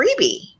freebie